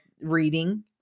reading